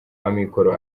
amikoro